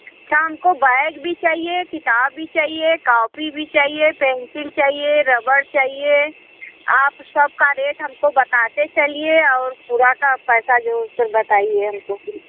शाम को बैग भी चाहिए किताब भी चाहिए कौपी भी चाहिए पेंसिल चाहिए रबड़ चाहिए आप सब का रेट हम को बताते चलिए और पूरे के पैसे जो उसको बताइए हम को फिर